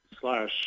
slash